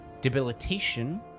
debilitation